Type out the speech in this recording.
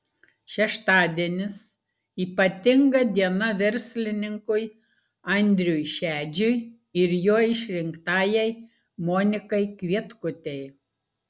šeštadienis ypatinga diena verslininkui andriui šedžiui ir jo išrinktajai monikai kvietkutei